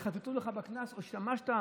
יחטטו לך, נא לסיים.